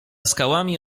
skałami